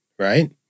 Right